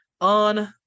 on